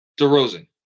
DeRozan